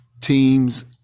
teams